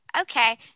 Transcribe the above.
Okay